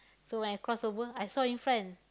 so when I cross over I saw in front